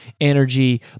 energy